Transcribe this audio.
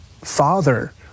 father